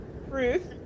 Ruth